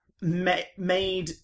Made